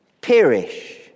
perish